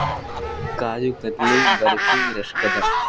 کاجو katli barfi ras کدم